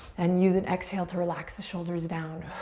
and use an exhale to relax the shoulders down.